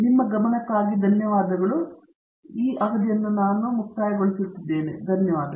ನಿಮ್ಮ ಗಮನಕ್ಕಾಗಿ ಧನ್ಯವಾದಗಳು